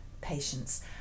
patients